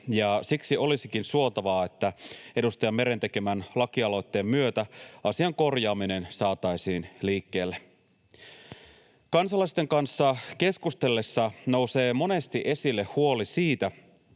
siksi olisikin suotavaa, että edustaja Meren tekemän lakialoitteen myötä asian korjaaminen saataisiin liikkeelle. Kansalaisten kanssa keskustellessa nousee monesti esille huoli siitä,